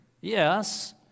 Yes